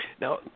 Now